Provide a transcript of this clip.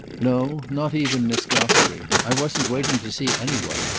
no not even miss gostrey. i wasn't waiting to see any one.